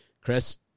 Chris